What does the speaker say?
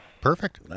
Perfect